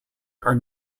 are